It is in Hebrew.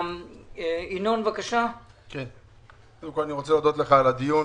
אני רוצה להודות לך על הדיון